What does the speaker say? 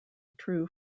true